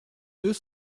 deux